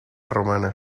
romana